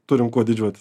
turim kuo didžiuotis